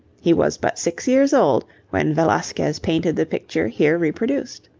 he was but six years old when velasquez painted the picture here reproduced.